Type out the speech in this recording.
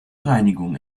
reinigung